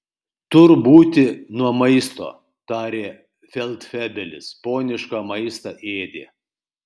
tur būti nuo maisto tarė feldfebelis ponišką maistą ėdė